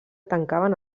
tancaven